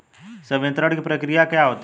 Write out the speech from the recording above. संवितरण की प्रक्रिया क्या होती है?